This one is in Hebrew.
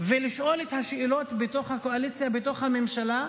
ולשאול את השאלות בתוך הקואליציה, בתוך הממשלה.